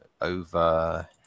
over